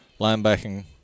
Linebacking